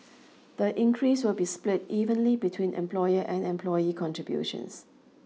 The increase will be split evenly between employer and employee contributions